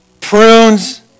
prunes